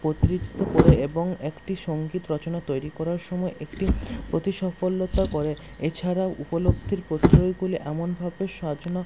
করে এবং একটি সঙ্গীত রচনা তৈরি করার সময় একটি অতি সফলতা করে এছাড়াও উপলব্ধির গুলো এমনভাবে সাজানো